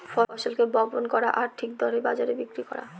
ফসলকে বপন করা আর ঠিক দরে বাজারে বিক্রি করা